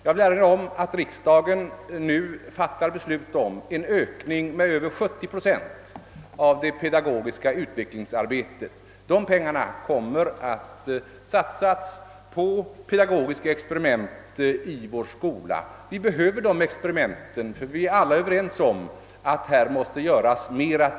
Jag vill erinra om att riksdagen nu står inför att fatta beslut om en ökning av det pedagogiska utvecklingsarbetet med över 70 procent. Dessa pengar kommer att satsas på pedagogiska experiment i vår skola. Vi behöver dem, ty vi är alla överens om att härvidlag måste mera göras.